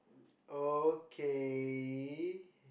okay